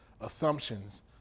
assumptions